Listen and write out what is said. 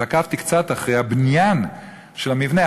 ועקבתי קצת אחרי הבניין של המבנה,